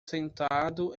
sentado